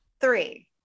Three